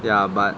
ya but